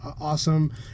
awesome